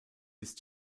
ist